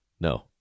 No